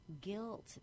guilt